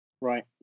Right